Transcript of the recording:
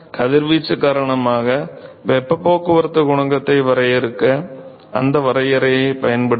கதிர்வீச்சு காரணமாக வெப்பப் போக்குவரத்து குணகத்தை வரையறுக்க அந்த வரையறையைப் பயன்படுத்தவும்